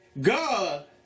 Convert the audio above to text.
God